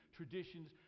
traditions